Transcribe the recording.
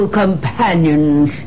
companions